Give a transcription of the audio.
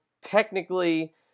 technically